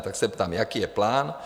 Tak se ptám, jaký je plán?